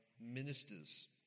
ministers